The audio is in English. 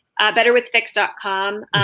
betterwithfix.com